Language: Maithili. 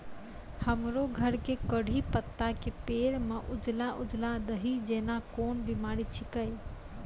हमरो घर के कढ़ी पत्ता के पेड़ म उजला उजला दही जेना कोन बिमारी छेकै?